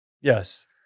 Yes